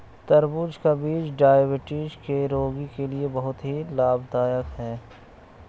तरबूज का बीज डायबिटीज के रोगी के लिए बहुत ही लाभदायक है